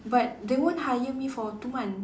but they won't hire me for two months